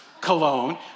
cologne